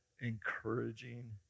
encouraging